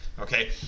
Okay